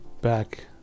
back